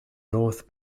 north